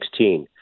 2016